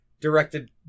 directed